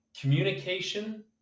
Communication